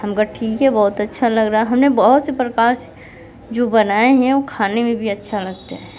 हमको ठीक है बहुत अच्छा लगा हमे बहुत से प्रकार से जो बनाए हैं वो खाने में भी अच्छा लगता है